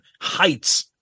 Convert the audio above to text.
heights